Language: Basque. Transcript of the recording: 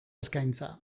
eskaintza